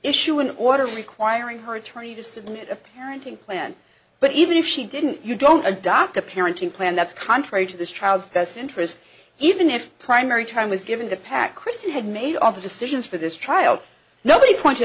issue an order requiring her attorney to submit a parenting plan but even if she didn't you don't adopt a parenting plan that's contrary to the child's best interest even and primary time was given to pack christian had made all the decisions for this trial nobody pointed